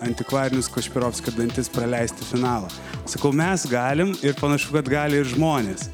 antikvarinius kašpirovskio dantis praleist į finalą sakau mes galim ir panašu kad gali ir žmonės